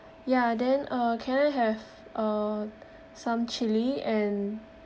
ya then uh can I have uh some chilli and